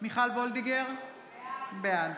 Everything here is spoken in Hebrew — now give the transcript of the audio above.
מיכל וולדיגר, בעד